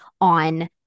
on